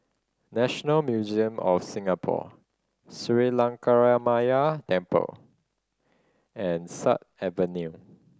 National Museum of Singapore Sri Lankaramaya Temple and Sut Avenue